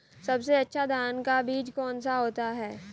सबसे अच्छा धान का बीज कौन सा होता है?